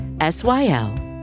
S-Y-L